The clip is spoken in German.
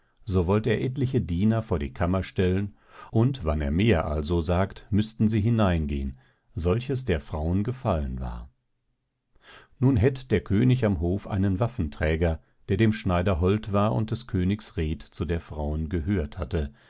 so wollt er etliche diener vor die kammer stellen und wann er mehr also sagt müßten sie hineingehen solches der frauen gefallen war nun hätt der könig am hof einen waffenträger der dem schneider hold war und des königs red zu der frauen gehört hatte